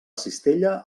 cistella